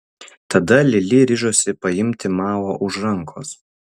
tada lili ryžosi paimti mao už rankos